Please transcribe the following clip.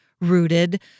rooted